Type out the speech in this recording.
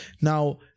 Now